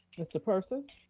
mr. persis.